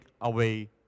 away